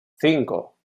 cinco